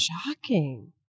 Shocking